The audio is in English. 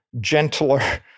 gentler